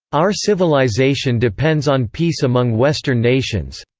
our civilization depends on peace among western nations.